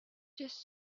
just